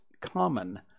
common